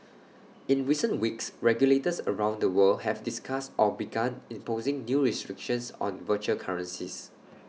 in recent weeks regulators around the world have discussed or begun imposing new restrictions on virtual currencies